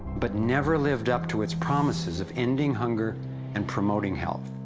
but never lived up to its promises of ending hunger and promoting health.